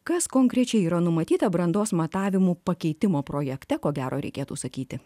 kas konkrečiai yra numatyta brandos matavimų pakeitimo projekte ko gero reikėtų sakyti